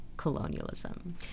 colonialism